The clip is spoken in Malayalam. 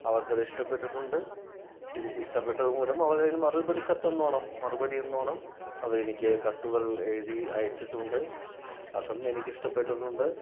അവർക്കത് ഇഷ്ടപ്പെട്ടിട്ടുണ്ട് ഇഷ്ടപ്പെട്ടതു മൂലം അവർ അതിന് മറുപടി കത്തെന്നോണം മറുപടിയെന്നോണം അവർ എനിക്ക് കത്തുകൾ എഴുതി അയച്ചിട്ടുണ്ട് അതും എനിക്കിഷ്ടപ്പെട്ടിട്ടുണ്ട്